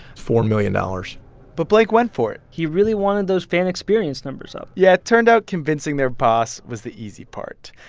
four million dollars but blank went for it he really wanted those fan experience numbers up yeah. it turned out, convincing their boss was the easy part.